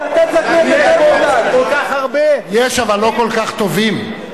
יש, אבל לא כל כך טובים.